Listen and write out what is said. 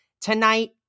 Tonight